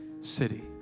city